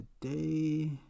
Today